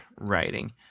writing